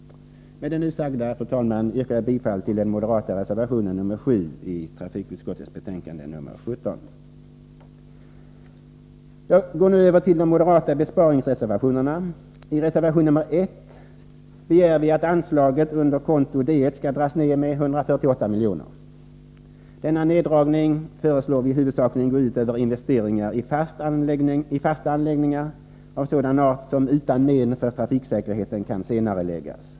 Med det sagda yrkar jag, fru talman, bifall till den moderata reservationen nr 7 i trafikutskottets betänkande nr 17. Jag går nu över till de moderata besparingsreservationerna. I reservation 1 begär vi att anslaget under punkt D 1. skall dras ned med 148 milj.kr. Denna neddragning föreslår vi skall gå ut huvudsakligen över investeringar i fasta anläggningar av sådan art som utan men för trafiksäkerheten kan senareläggas.